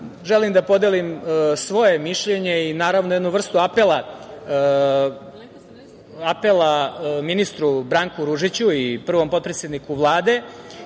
da podelim svoje mišljenje i, naravno, jednu vrstu apela ministru Branku Ružiću i prvom potpredsedniku Vlade